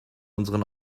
unseren